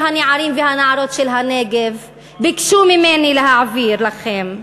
שהנערים והנערות של הנגב ביקשו ממני להעביר לכם: